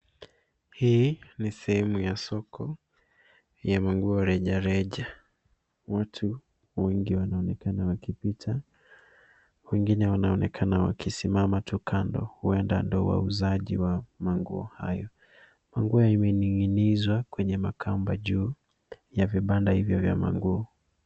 Hii ni sehemu ya soko ya manguo reja reja. Watu wengi wanaonekana wakipita, wengine wanaonekana wakisimama tu kando huenda ndo wauzaji wa manguo hayo. Manguo yameining'inizwa kwenye makamba juu ya vibanda hivyo vya manguo.